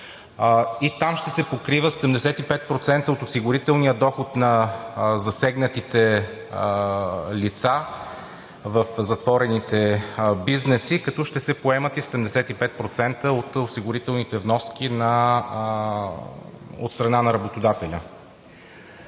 и там ще се покрива 75% от осигурителния доход на засегнатите лица в затворените бизнеси, като ще се поемат и 75% от осигурителните вноски от страна на работодателя.